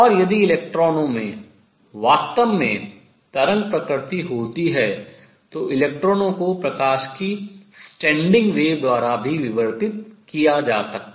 और यदि इलेक्ट्रॉनों में वास्तव में तरंग प्रकृति होती है तो इलेक्ट्रॉनों को प्रकाश की standing wave अप्रगामी तरंग द्वारा भी विवर्तित किया जा सकता है